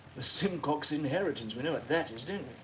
the simcox inheritance. we know what that is don't